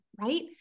right